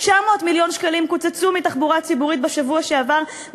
900 מיליון שקלים קוצצו מהתחבורה הציבורית בשבוע שעבר,